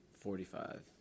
Forty-five